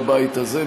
בבית הזה,